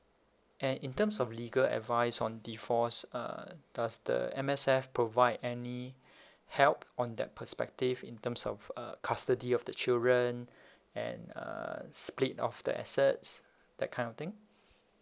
and in terms of legal advice on divorce uh does the M_S_F provide any help on that perspective in terms of uh custody of the children and uh split of the assets that kind of thing